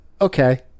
Okay